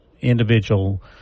individual